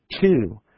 Two